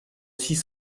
six